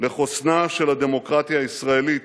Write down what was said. לחוסנה של הדמוקרטיה הישראלית